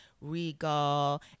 regal